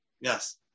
Yes